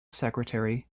secretary